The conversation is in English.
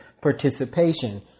participation